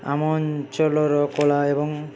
ଆମ ଅଞ୍ଚଲର କଳା ଏବଂ